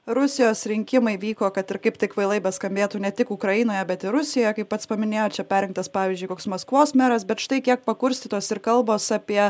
rusijos rinkimai vyko kad ir kaip tai kvailai beskambėtų ne tik ukrainoje bet ir rusijoje kaip pats paminėjot čia perrinktas pavyzdžiui koks maskvos meras bet štai kiek pakurstytos ir kalbos apie